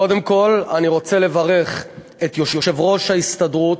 קודם כול אני רוצה לברך את יושב-ראש ההסתדרות,